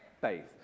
faith